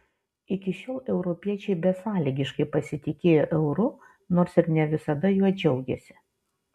iki šiol europiečiai besąlygiškai pasitikėjo euru nors ir ne visada juo džiaugėsi